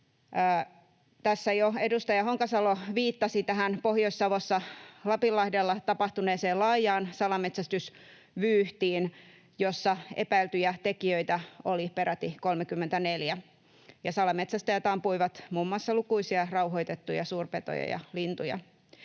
Tässä jo edustaja Honkasalo viittasi tähän Pohjois-Savossa, Lapinlahdella, tapahtuneeseen laajaan salametsästysvyyhtiin, jossa epäiltyjä tekijöitä oli peräti 34 ja salametsästäjät ampuivat muun muassa lukuisia rauhoitettuja suurpetoja ja lintuja.